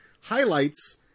highlights